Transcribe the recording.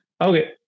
Okay